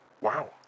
Wow